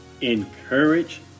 encourage